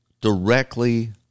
directly